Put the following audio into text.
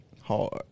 hard